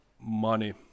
money